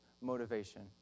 motivation